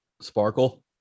Sparkle